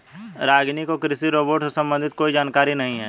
रागिनी को कृषि रोबोट से संबंधित कोई जानकारी नहीं है